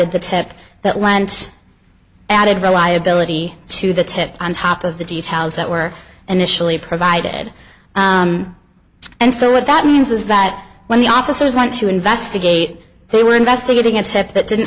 d the tip that lent added reliability to the tip on top of the details that were initially provided and so what that means is that when the officers went to investigate they were investigating a tip that didn't